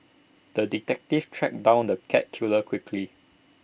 the detective tracked down the cat killer quickly